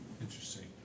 interesting